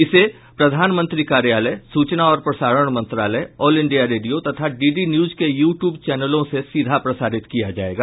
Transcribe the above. इसे प्रधानमंत्री कार्यालय सूचना और प्रसारण मंत्रालय ऑल इंडिया रेडियो तथा डी डी न्यूज के यू ट्यूब चैनलों से सीधा प्रसारित किया जायेगा